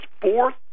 fourth